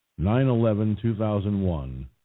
9-11-2001